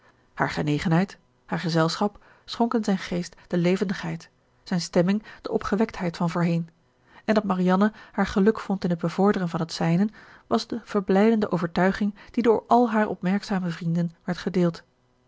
haar genegenheid haar gezelschap schonken zijn geest de levendigheid zijn stemming de opgewektheid van voorheen en dat marianne haar geluk vond in het bevorderen van het zijne was de verblijdende overtuiging die door al haar opmerkzame vrienden werd gedeeld